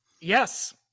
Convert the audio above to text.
Yes